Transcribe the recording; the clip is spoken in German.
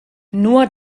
nur